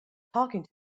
talking